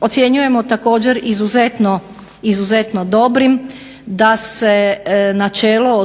Ocjenjujemo također izuzetno dobrim da se načelo